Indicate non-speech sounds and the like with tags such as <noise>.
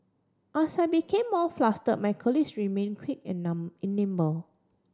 as I became more fluster my colleagues remain quick and <unintelligible> nimble